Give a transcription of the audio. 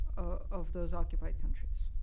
of those occupied countries.